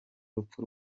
rupfu